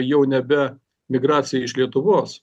jau nebe migracijai iš lietuvos